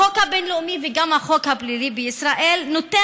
החוק הבין-לאומי וגם החוק הפלילי בישראל נותנים